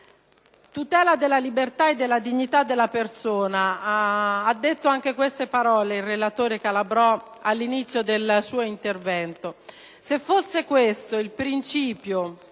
"Tutela della libertà e della dignità della persona", ha pronunciato anche queste parole il relatore Calabrò all'inizio del suo intervento.